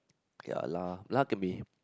ya lah lah can be